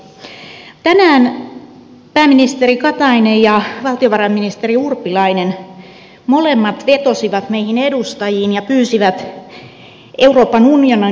tänään pääministeri katainen ja valtiovarainministeri urpilainen molemmat vetosivat meihin edustajiin ja pyysivät euroopan unionin tulevaisuuskeskustelua